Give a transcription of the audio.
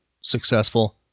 successful